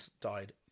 died